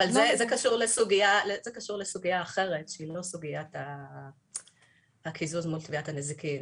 אבל זה קשור לסוגיה אחרת שהיא לא סוגיית הקיזוז מול תביעת הנזיקין.